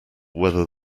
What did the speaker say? whether